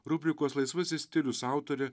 rubrikos laisvasis stilius autorė